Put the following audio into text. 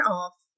off